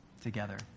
together